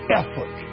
effort